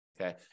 Okay